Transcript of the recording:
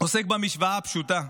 עוסק במשוואה הפשוטה: